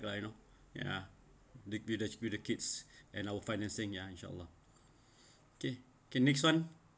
I know ya with with the with the kids and our financing yeah insha allah okay okay next [one]